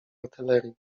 artylerii